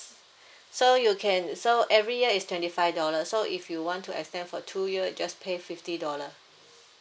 so you can so every year is twenty five dollars so if you want to extend for two year you just pay fifty dollar